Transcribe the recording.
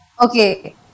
Okay